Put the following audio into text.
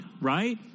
right